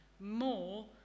more